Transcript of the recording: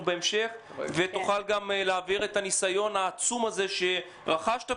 בהמשך ותוכל להעביר את הניסיון העצום שרכשת,